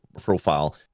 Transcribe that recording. profile